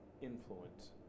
influence